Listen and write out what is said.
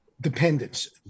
dependence